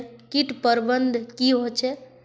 किट प्रबन्धन की होचे?